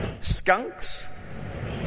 skunks